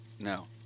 No